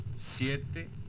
siete